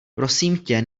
prosimtě